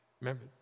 Remember